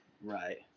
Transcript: right